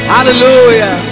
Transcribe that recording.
Hallelujah